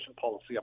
policy